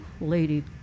lady